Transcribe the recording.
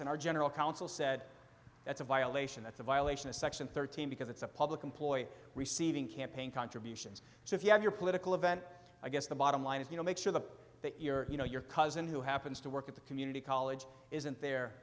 and our general counsel said that's a violation that's a violation of section thirteen because it's a public employee receiving campaign contributions so if you have your political event i guess the bottom line is you know make sure the that your you know your cousin who happens to work at the community college isn't there